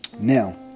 Now